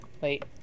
wait